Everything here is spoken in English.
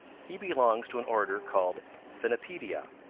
he belongs to an order called finnipedia,